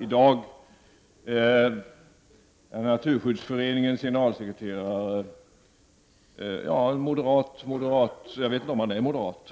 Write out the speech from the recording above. I dag är han Naturskyddsföreningens generalsekreterare, en moderat moderat — okej, jag vet inte om han är moderat.